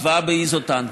הבאה באיזוטנקים,